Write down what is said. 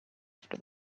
after